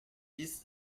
six